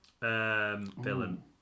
Villain